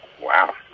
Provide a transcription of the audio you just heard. wow